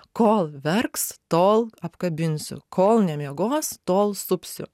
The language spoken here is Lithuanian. kol verks tol apkabinsiu kol nemiegos tol supsiu